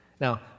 Now